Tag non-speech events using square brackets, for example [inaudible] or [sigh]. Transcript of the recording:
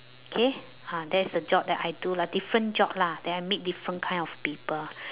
K ah that's the job that I do lah different job lah then I meet different kind of people [breath]